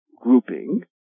grouping